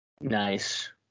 Nice